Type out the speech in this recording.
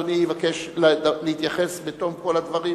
אדוני יבקש להתייחס בתום כל הדברים.